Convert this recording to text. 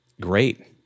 Great